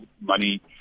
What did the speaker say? money